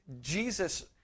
Jesus